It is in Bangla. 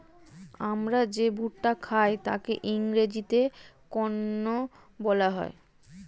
আমরা যে ভুট্টা খাই তাকে ইংরেজিতে কর্ন বলা হয়